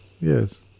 yes